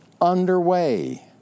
underway